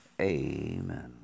Amen